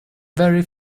very